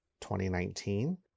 2019